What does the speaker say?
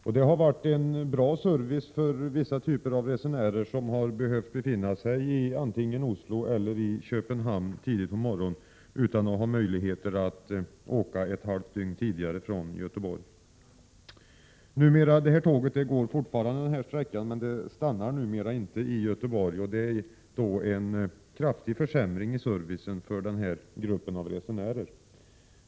Detta har varit en bra service för de resenärer som har behov av att befinna sig i Oslo eller Köpenhamn tidigt på morgonen men inte har möjlighet att påbörja resan från Göteborg ett halvt dygn i förväg. Detta tåg går fortfarande samma sträcka. Tåget stannar dock numera inte i Göteborg. Det innebär en kraftig försämring av servicen för resenärerna.